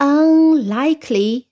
unlikely